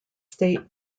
state